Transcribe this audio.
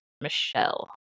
Michelle